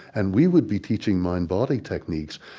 and we would be teaching mind-body techniques,